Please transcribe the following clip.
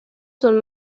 son